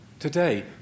Today